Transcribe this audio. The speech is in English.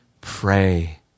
pray